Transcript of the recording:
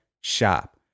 shop